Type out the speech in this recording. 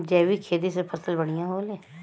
जैविक खेती से फसल बढ़िया होले